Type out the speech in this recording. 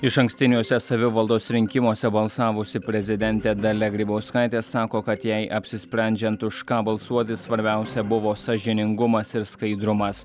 išankstiniuose savivaldos rinkimuose balsavusi prezidentė dalia grybauskaitė sako kad jai apsisprendžiant už ką balsuoti svarbiausia buvo sąžiningumas ir skaidrumas